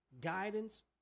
guidance